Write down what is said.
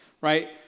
Right